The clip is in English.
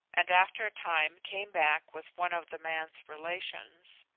and after a time came back with one of the man's relations.